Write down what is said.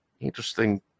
Interesting